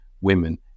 women